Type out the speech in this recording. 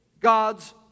God's